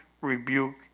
rebuke